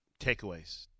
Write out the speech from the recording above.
takeaways